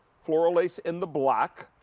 floral lace in the black.